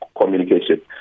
communication